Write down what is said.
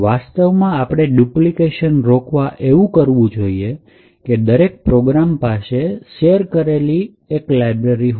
વાસ્તવમાં આપણે ડુપ્લિકેશન રોકવા એવું જોઈએ કે દરેક પ્રોગ્રામ પાસે શેર કરેલ કોપી લાઇબ્રેરીની હોઈ